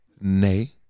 Nay